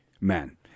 man